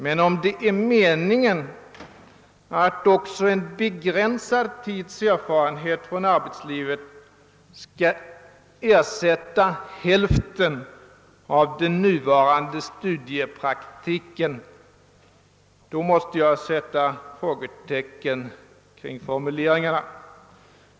Men om det är meningen att också en begränsad tids erfarenhet från arbetslivet skall ersätta hälften av den nuvarande studiepraktiken, då måste jag sätta frågetecken för dessa formuleringar.